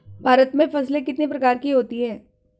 भारत में फसलें कितने प्रकार की होती हैं?